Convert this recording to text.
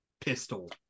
Pistol